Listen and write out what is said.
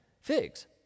Figs